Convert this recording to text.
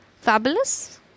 fabulous